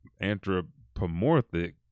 anthropomorphic